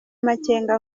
makenga